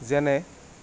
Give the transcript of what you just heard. যেনে